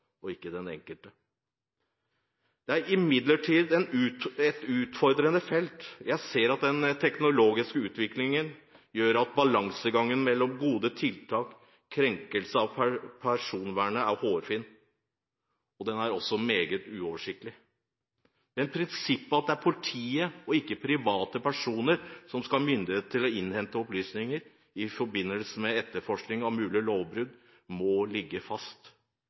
og ikke den enkelte. Det er imidlertid et utfordrende felt. Jeg ser at den teknologiske utviklingen gjør at balansegangen mellom gode tiltak og krenkelse av personvernet er hårfin, og den er også meget uoversiktlig. Men prinsippet om at det er politiet, og ikke private personer, som skal ha myndighet til å innhente opplysninger i forbindelse med etterforskning av mulige lovbrudd, må ligge fast.